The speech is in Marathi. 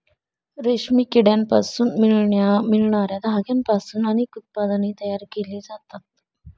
रेशमी किड्यांपासून मिळणार्या धाग्यांपासून अनेक उत्पादने तयार केली जातात